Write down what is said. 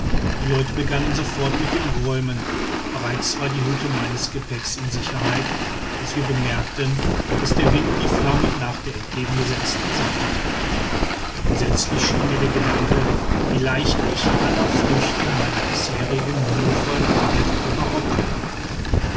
die leute begannen sofort mit dem räumen bereits war die hälfte meines gepäcks in sicherheit als wir bemerkten daß der wind die flammen nach der entgegengesetzten seite trieb entsetzlich schien mir der gedanke wie leicht ich aller früchte meiner bisherigen mühevollen arbeit hätte beraubt werden können